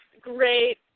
great